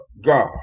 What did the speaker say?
God